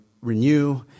renew